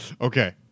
Okay